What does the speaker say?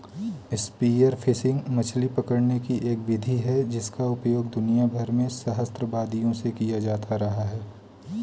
spear fishing मछली पकड़ने की एक विधि है जिसका उपयोग दुनिया भर में सहस्राब्दियों से किया जाता रहा है